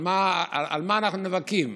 על מה אנחנו נאבקים?